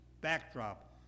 backdrop